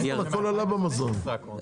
הכל עלה במזון.